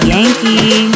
Yankee